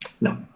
No